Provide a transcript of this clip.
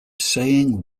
saying